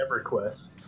EverQuest